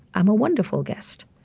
i'm a wonderful guest.